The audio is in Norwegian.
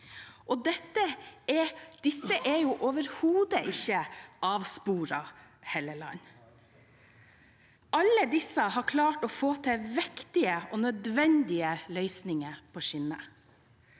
Disse er overhodet ikke avsporet. Alle disse har klart å få til viktige og nødvendige løsninger på skinner.